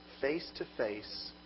face-to-face